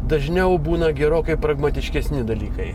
dažniau būna gerokai pragmatiškesni dalykai